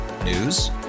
News